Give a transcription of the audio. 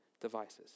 devices